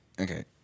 okay